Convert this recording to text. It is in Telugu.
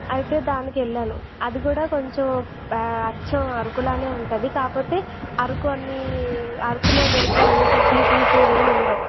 అయితే దానికి వెళ్ళాను అది కూడా కొంచెం అచ్చం ఆరకులానే ఉంటుంది కాకపోతే అరకు అన్ని అరకులో దొరికేవన్నీ ఫెసిలిటీస్ అవి ఎం ఉండవు